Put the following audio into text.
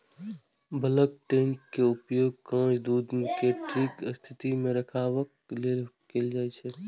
bulk tank के उपयोग कांच दूध कें ठीक स्थिति मे रखबाक लेल कैल जाइ छै